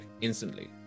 instantly